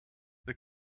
they